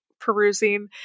perusing